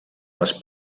les